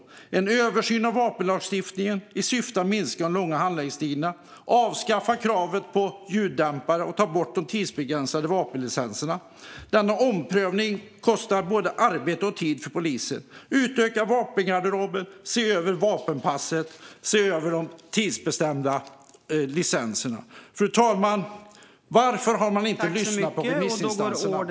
Det handlar om en översyn av vapenlagstiftningen i syfte att minska de långa handläggningstiderna, att avskaffa kravet på tillstånd för ljuddämpare och att ta bort de tidsbegränsade vapenlicenserna, för denna omprövning kostar både arbete och tid för polisen. Vidare handlar det om att utöka vapengarderoben och att se över vapenpassen. Varför har man inte lyssnat på remissinstanserna?